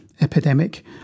epidemic